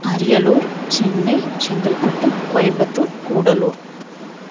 Ariyalur Chennai Chengalpattu Coimbatore Gudalur